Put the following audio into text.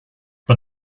but